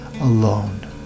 alone